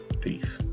Peace